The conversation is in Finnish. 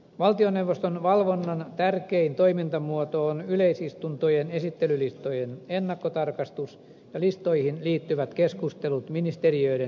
valtioneuvoston valvonnan tärkein toimintamuoto on yleisistuntojen esittelylistojen ennakkotarkastus ja listoihin liittyvät keskustelut ministeriöiden esittelijöiden kanssa